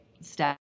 step